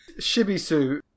shibisu